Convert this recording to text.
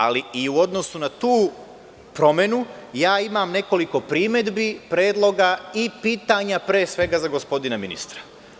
Ali i u odnosu na tu promenu, imam nekoliko primedbi, predloga i pitanja pre svega, za gospodina ministra.